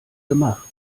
gemacht